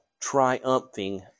triumphing